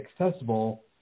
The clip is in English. accessible